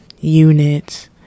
units